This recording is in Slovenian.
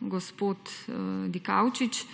gospod Dikaučič,